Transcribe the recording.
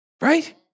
Right